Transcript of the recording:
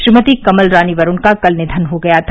श्रीमती कमल रानी वरूण का कल निधन हो गया था